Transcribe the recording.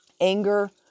Anger